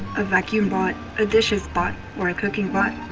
a vacuum bot, a dishes bot, or a cooking bot?